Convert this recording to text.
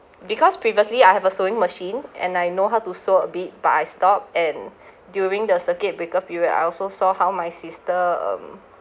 because previously I have a sewing machine and I know how to sew a bit but I stop and during the circuit breaker period I also saw how my sister um